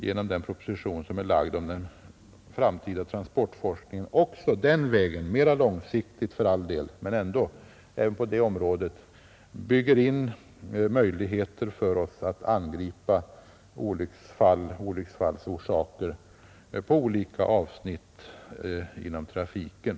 Genom den proposition som framlagts om den framtida transportforskningen kommer vi, visserligen mera långsiktigt men ändå, att bygga ut våra möjligheter att angripa olycksfallens orsaker på olika avsnitt inom trafiken.